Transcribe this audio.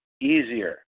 easier